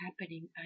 happening